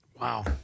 Wow